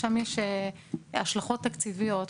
שם יש השלכות תקציביות.